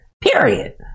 Period